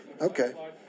Okay